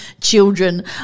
children